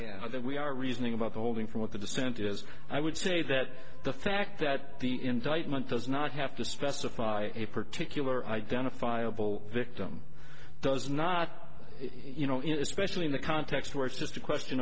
that we are reasoning about holding from what the dissent is i would say that the fact that the indictment does not have to specify a particular identifiable victim does not you know in especially in the context where it's just a question